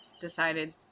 decided